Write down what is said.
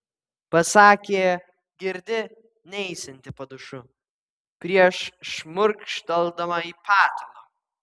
pasakė girdi neisianti po dušu prieš šmurkšteldama į patalą